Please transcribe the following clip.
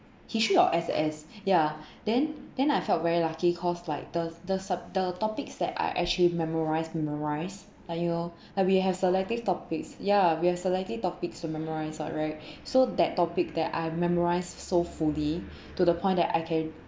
history or S_S ya then then I felt very lucky cause like the the sub~ the topics that I actually memorise memorise and you know and we have selective topics ya we have selected topics to memorise [what] right so that topic that I memorise so fully to the point that I can